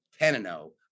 10-0